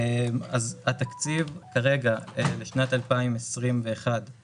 התקציב כרגע לשנת 2021 הוא